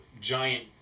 giant